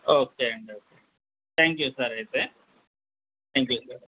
okay అండి okay thank you sir అయితే thank you sir